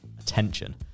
attention